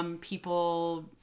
People